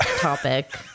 topic